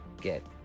Get